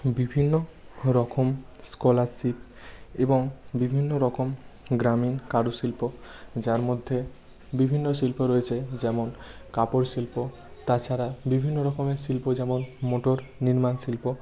বিভিন্ন রকম স্কলারশিপ এবং বিভিন্ন রকম গ্রামীণ কারুশিল্প যার মধ্যে বিভিন্ন শিল্প রয়েছে যেমন কাপড় শিল্প তাছাড়া বিভিন্ন রকমের শিল্প যেমন মোটর নির্মাণ শিল্প